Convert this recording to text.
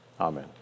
amen